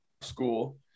school